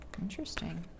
Interesting